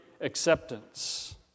acceptance